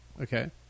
okay